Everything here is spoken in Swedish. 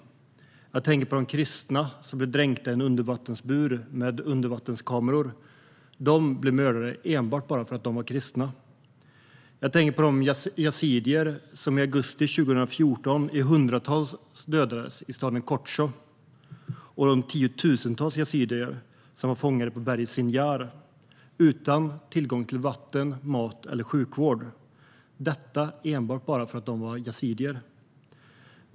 Jag tänker på de kristna som blev dränkta i en undervattensbur med undervattenskameror. De blev mördade enbart för att de var kristna. Jag tänker på de hundratals yazidier som i augusti 2014 dödades i staden Kocho och de tiotusentals yazidier som var fångna på berget Sinjar utan tillgång till vatten, mat eller sjukvård - detta enbart för att de var yazidier.